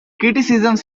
criticisms